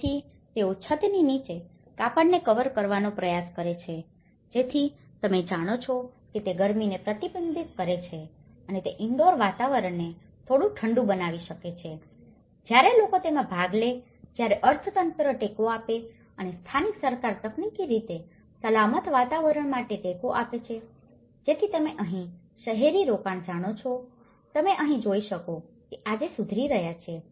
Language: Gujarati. તેથી તેઓ છતની નીચે કાપડને કવર કરવાનો પ્રયાસ કરે છે જેથી તમે જાણો છો કે તે ગરમીને પ્રતિબિંબિત કરે છે અને તે ઇન્ડોર વાતાવરણને થોડું ઠંડુ બનાવી શકે છે અને જ્યારે લોકો તેમાં ભાગ લે છે જ્યારે અર્થતંત્ર ટેકો આપે છે અને સ્થાનિક સરકાર તકનીકી રીતે સલામત વાતાવરણ માટે ટેકો આપે છે જેથી તમે અહીં શહેરી રોકાણો જાણો છો જે તમે અહીં જોઈ શકો છો તે આજે સુધારી રહ્યા છે